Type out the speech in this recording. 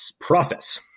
process